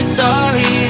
sorry